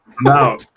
No